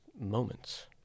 moments